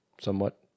somewhat